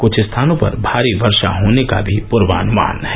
क्छ स्थानों पर भारी वर्षा होने का भी पूर्वानुमान है